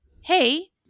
Hey